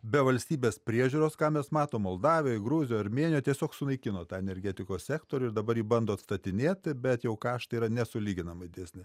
be valstybės priežiūros ką mes matom moldavijoj gruzijoj armėnijoj tiesiog sunaikino tą energetikos sektorių ir dabar jį bando atstatinėti bet jau kaštai yra nesulyginamai didesni